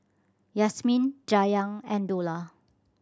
Yasmin Dayang and Dollah